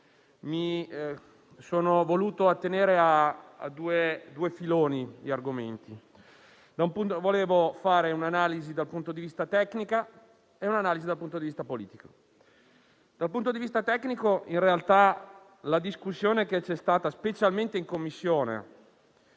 mi sono voluto attenere a due filoni di argomenti. Vorrei fare un'analisi dal punto di vista tecnico e un'analisi dal punto di vista politico. Dal punto di vista tecnico, in realtà, la discussione che c'è stata, specialmente in Commissione,